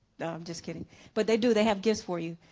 i'm just kidding but they do, they have gifts for you.